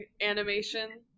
animation